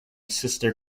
sister